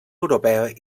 europea